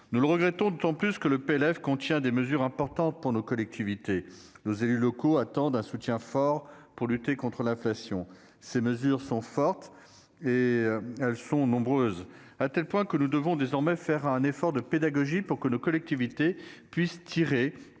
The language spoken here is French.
Nous le regrettons d'autant plus que ce texte contient des mesures importantes pour les collectivités territoriales. Nos élus locaux attendent un véritable soutien pour lutter contre l'inflation. Ces mesures sont à la fois fortes et nombreuses, à tel point que nous devons désormais faire un effort de pédagogie pour que nos collectivités puissent tirer